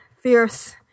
fierce